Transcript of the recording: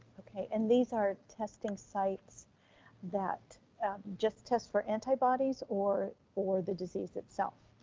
okay and these are testing sites that just test for antibodies or or the disease itself?